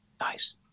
Nice